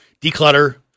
Declutter